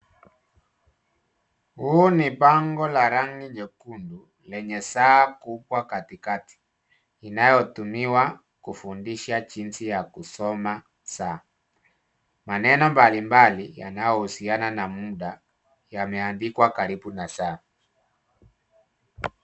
Huu ni bango la rangi nyekundu lenye saa kubwa katikati inayotumiwa kufundisha jinsi ya kusoma saa. Maneno mbalimbali yanayohusiana na mda yameandikwa karibu na saa.